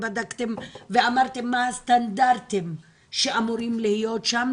ואמרתם מה הסטנדרטים שאמורים להיות שם,